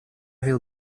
will